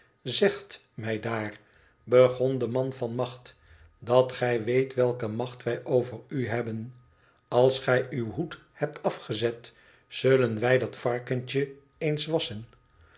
zegt mij daar begon de man van macht dat gij weet welke macht wij over u hebben als gij uw hoed heb afgezet zullen wij dat varkentje eens wasschen